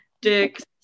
Dick's